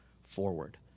forward